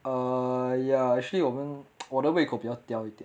err ya actually 我们我的胃口比较挑一点